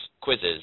quizzes